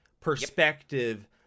perspective